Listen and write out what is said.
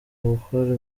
gukora